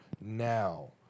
now